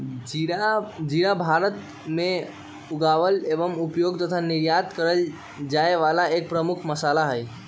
जीरा भारत में उगावल एवं उपयोग तथा निर्यात कइल जाये वाला एक प्रमुख मसाला हई